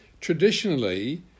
traditionally